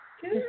Good